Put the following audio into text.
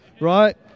right